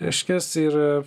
reiškias ir